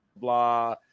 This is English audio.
blah